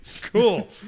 Cool